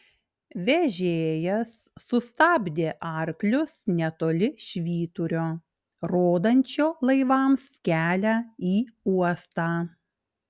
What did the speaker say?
vežėjas sustabdė arklius netoli švyturio rodančio laivams kelią į uostą